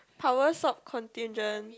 power sop contingent